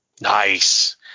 Nice